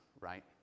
right